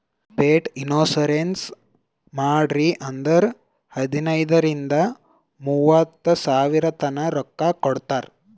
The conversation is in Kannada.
ಪೆಟ್ ಇನ್ಸೂರೆನ್ಸ್ ಮಾಡ್ರಿ ಅಂದುರ್ ಹದನೈದ್ ರಿಂದ ಮೂವತ್ತ ಸಾವಿರತನಾ ರೊಕ್ಕಾ ಕೊಡ್ತಾರ್